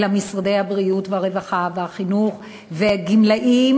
אלא משרדי הבריאות והרווחה והחינוך והגמלאים